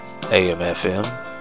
AMFM